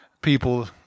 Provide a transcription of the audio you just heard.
people